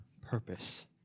purpose